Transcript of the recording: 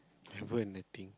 haven't and nothing